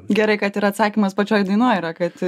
gerai kad ir atsakymas pačioj dainoj yra kad